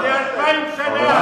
לפני 2,000 שנה היה,